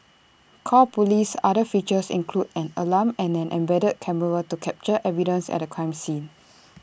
call police's other features include an alarm and an embedded camera to capture evidence at A crime scene